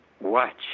watch